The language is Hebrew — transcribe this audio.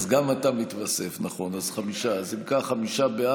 התש"ף 2020,